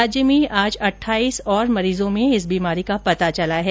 राज्य में आज अट्ठाइस और मरीज़ों में इस बीमारी का पता चला है